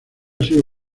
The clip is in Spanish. sigue